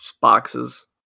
boxes